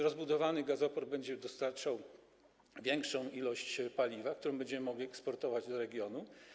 Rozbudowany gazoport będzie dostarczał większą ilość paliwa, którą będziemy mogli eksportować do regionu.